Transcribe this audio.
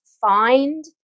find